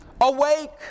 awake